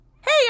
Hey